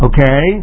Okay